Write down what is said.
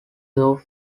through